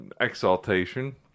exaltation